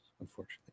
unfortunately